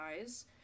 eyes